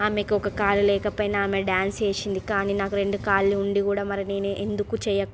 ఆమెకు ఒక కాలు లేకపోయినా ఆమె డాన్స్ చేసింది కాని నాకు రెండు కాళ్ళు ఉండి కూడా మరి నేనెందుకు చే